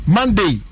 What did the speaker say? Monday